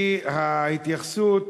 כי ההתייחסות,